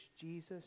Jesus